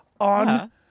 on